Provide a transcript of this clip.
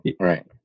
right